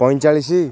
ପଇଁଚାଳିଶି